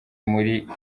muri